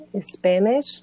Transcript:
Spanish